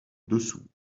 dessous